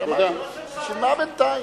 איפה 30 השרים?